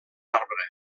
arbre